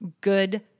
good